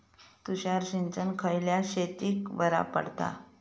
तुषार सिंचन खयल्या शेतीक बरा पडता?